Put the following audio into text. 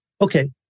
Okay